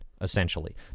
essentially